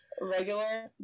regular